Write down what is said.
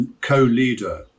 co-leader